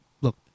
look